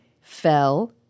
fell